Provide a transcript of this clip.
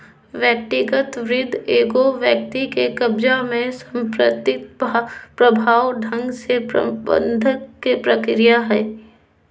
व्यक्तिगत वित्त एगो व्यक्ति के कब्ज़ा में संपत्ति प्रभावी ढंग से प्रबंधन के प्रक्रिया हइ